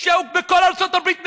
שבכל ארצות הברית מתקיים,